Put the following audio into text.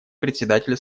председателя